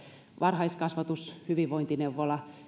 varhaiskasvatus hyvinvointineuvola